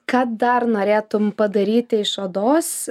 ką dar norėtum padaryti iš odos